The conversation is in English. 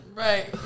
Right